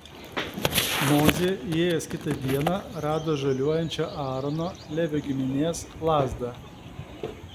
mozė įėjęs kitą dieną rado žaliuojančią aarono levio giminės lazdą